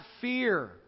fear